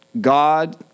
God